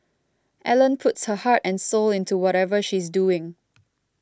Ellen puts her heart and soul into whatever she's doing